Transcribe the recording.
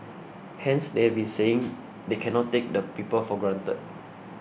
hence they have been saying they cannot take the people for granted